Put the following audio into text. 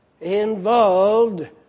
involved